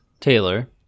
Taylor